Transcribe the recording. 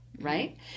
right